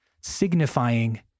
signifying